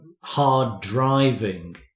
hard-driving